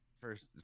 first